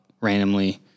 randomly